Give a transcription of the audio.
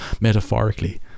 metaphorically